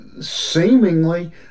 seemingly